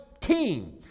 team